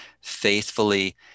faithfully